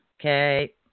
Okay